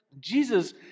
Jesus